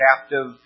captive